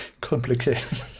complicated